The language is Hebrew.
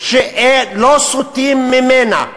שלא סוטים ממנה,